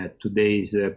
today's